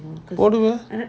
போடுவா:poduva